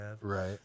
Right